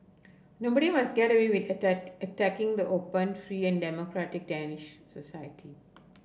nobody must get away with attack attacking the open free and democratic Danish society